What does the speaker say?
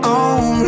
on